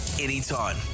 anytime